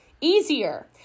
easier